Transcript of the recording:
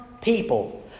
people